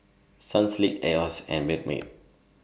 Sunsilk Asos and Milkmaid